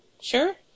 Sure